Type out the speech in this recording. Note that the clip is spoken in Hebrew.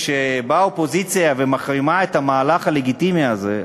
כשבאה האופוזיציה ומחרימה את המהלך הלגיטימי הזה,